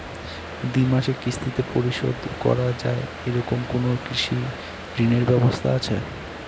দ্বিমাসিক কিস্তিতে পরিশোধ করা য়ায় এরকম কোনো কৃষি ঋণের ব্যবস্থা আছে?